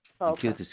Okay